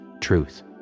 truth